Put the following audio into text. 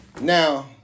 Now